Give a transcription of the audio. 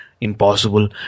impossible